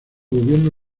gobierno